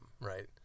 right